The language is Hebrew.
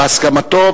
בהסכמתו.